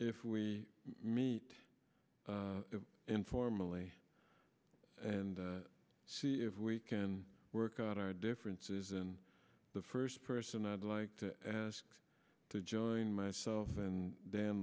if we meet informally and see if we can work out our differences and the first person i'd like to ask to join myself and then